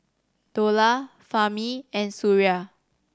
Dollah Fahmi and Suria